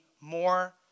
more